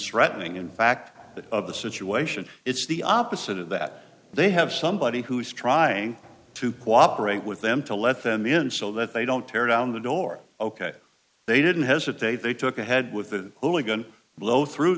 strutting in fact of the situation it's the opposite of that they have somebody who's trying to cooperate with them to let them in so that they don't tear down the door ok they didn't hesitate they took ahead with the only good blow through